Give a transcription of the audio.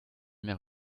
mehr